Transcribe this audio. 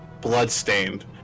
Bloodstained